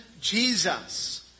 Jesus